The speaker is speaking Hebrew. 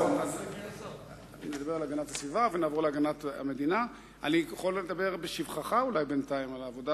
אני יכול לדבר בינתיים בשבחך על העבודה